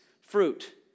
fruit